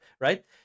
right